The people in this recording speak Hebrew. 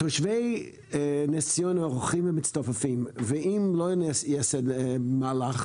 תושבי נס ציונה הולכים ומצטופפים ואם לא ייעשה עכשיו